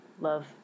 Love